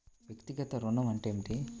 వ్యక్తిగత ఋణం అంటే ఏమిటి?